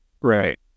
Right